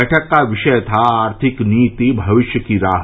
बैठक का विषय था आर्थिक नीति मविष्य की राह